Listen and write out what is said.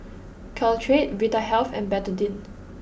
Caltrate Vitahealth and Betadine